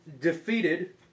defeated